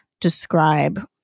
describe